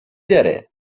داره